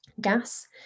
gas